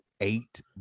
eight